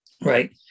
right